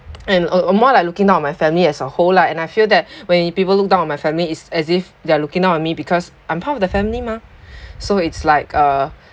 and uh uh more like looking down on my family as a whole lah and I feel that when people look down on my family is as if they're looking down on me because I'm part of the family mah so it's like uh